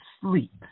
sleep